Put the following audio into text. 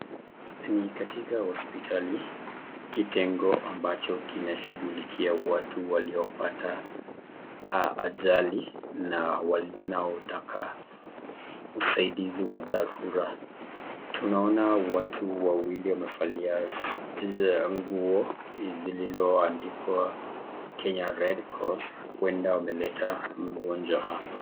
Ni katika hospitali kitengo ambacho kinashughulikia watu waliopata ajali na wanaotaka usaidizi wa dharura. Tunaona watu wawili wamevalia nguo lililoandikwa Kenya Red Cross uenda wameleta mgonjwa hapa.